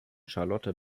charlotte